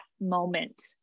moment